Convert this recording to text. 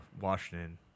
Washington